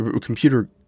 computer